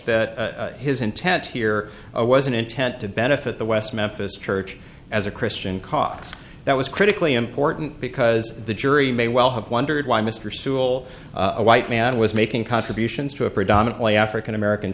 that his intent here was an intent to benefit the west memphis church as a christian cause that was critically important because the jury may well have wondered why mr sewell a white man was making contributions to a predominantly african american